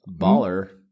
Baller